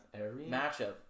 matchup